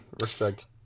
respect